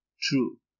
true